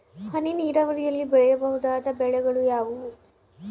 ಹನಿ ನೇರಾವರಿಯಲ್ಲಿ ಬೆಳೆಯಬಹುದಾದ ಬೆಳೆಗಳು ಯಾವುವು?